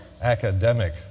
academic